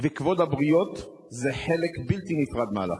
וכבוד הבריות זה חלק בלתי נפרד מההלכה.